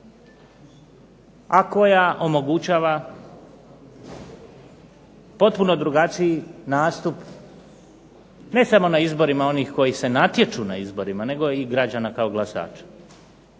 a koja omogućava potpuno drugačiji nastup ne samo na izborima onih koji se natječu na izborima nego i građana kao glasača.